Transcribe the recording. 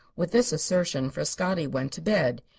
with this assertion frascatti went to bed.